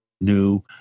new